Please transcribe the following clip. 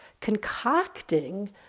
concocting